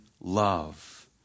love